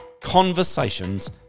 Conversations